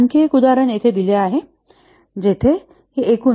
आणखी एक उदाहरण येथे दिले आहे जेथे ही एकूण